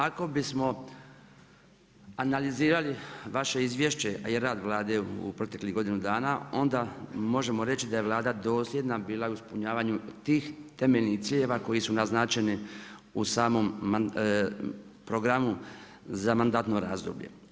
Ako bismo analizirali vaše izvješće i rad Vlade u proteklih godinu dana, onda možemo reći da je Vlada dosljednija bila u ispunjavanju tih temeljnih ciljeva koji su naznačeni u samom programu za mandatno razdoblje.